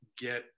get